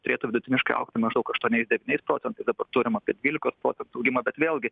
turėtų vidutiniškai augti maždaug aštuoniais devyniais procentais dabar turim apie dvylikos procentų augimą bet vėlgi